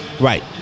Right